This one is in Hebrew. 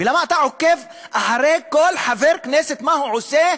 למה אתה עוקב אחרי כל חבר כנסת, מה הוא עושה?